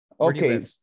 Okay